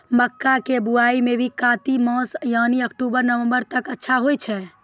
मक्का के बुआई भी कातिक मास यानी अक्टूबर नवंबर तक अच्छा रहय छै